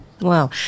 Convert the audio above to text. wow